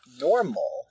normal